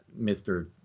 Mr